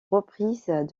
reprise